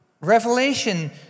Revelation